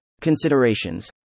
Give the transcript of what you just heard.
Considerations